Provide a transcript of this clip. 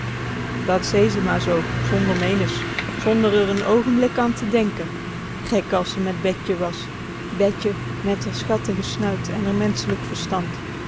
dat zee ze maar zoo zonder meenes zonder r n oogenblik an te denken gek as ze met betje was betje met r schattige snuit en r menschelijk verstand